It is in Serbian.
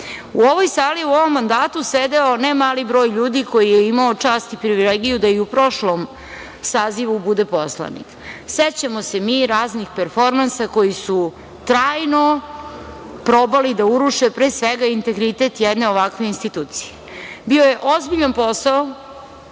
U ovoj sali u ovom mandatu je sedeo ne mali broj ljudi koji je imao čast i privilegiju da i u prošlom sazivu bude poslanik. Sećamo se mi raznih performansa koji su trajno probali da uruše pre svega integritet jedne ovakve institucije. Bio je ozbiljan posao